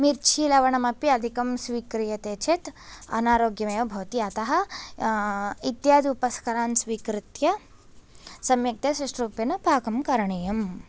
मिर्चीलवणमपि अधिकं स्वीक्रियते चेत् अनारोग्यमेव भवति अतः इत्याद्युपस्करान् स्वीकृत्य सम्यक्तया सुष्ठुरूपेण पाकं करणीयम्